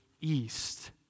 east